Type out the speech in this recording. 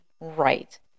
right